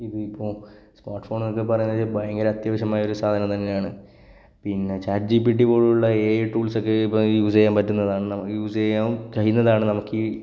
ഇപ്പോൾ സ്മാര്ട്ട് ഫോണെന്നൊക്കെ പറയുന്നത് ഭയങ്കര അത്യാവശ്യമായൊരു സാധനം തന്നെയാണ് പിന്നെ ചാറ്റ് ജി പി റ്റി പോലെയുള്ള എ ഐ ടൂള്സ് ഒക്കെ ഇപ്പം ഈ യൂസ് ചെയ്യാന് പറ്റുന്നതാണ് നമ്മൾ യൂസ് ചെയ്യാന് കഴിയുന്നതാണ് നമുക്ക് ഈ